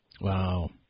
Wow